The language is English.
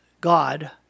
God